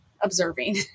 observing